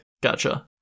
gotcha